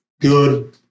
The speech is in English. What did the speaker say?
good